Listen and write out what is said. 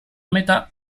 metà